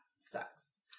sucks